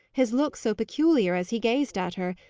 his look so peculiar as he gazed at her,